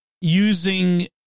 using